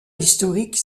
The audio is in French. historique